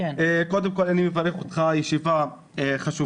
קודם כול אני מברך אותך על הישיבה החשובה.